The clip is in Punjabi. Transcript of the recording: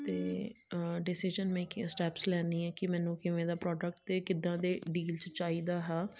ਅਤੇ ਡਿਸੀਜ਼ਨ ਮੇਕਿੰਆ ਸਟੈਪਸ ਲੈਂਦੀ ਹਾਂ ਕਿ ਮੈਨੂੰ ਕਿਵੇਂ ਦਾ ਪ੍ਰੋਡਕ ਅਤੇ ਕਿੱਦਾਂ ਦੇ ਡੀਲ 'ਚ ਚਾਹੀਦਾ ਹੈ